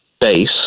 base